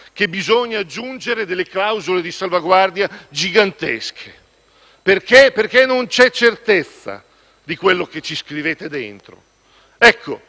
che bisogna aggiungere delle clausole di salvaguardia gigantesche, perché non c'è certezza di quello che ci scrivete dentro.